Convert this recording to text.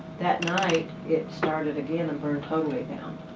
that night, it started again and burned totally down.